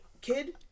Kid